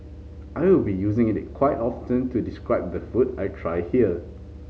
I will be using it quite often to describe the food I try here